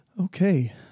Okay